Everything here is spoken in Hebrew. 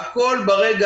הכול ברגע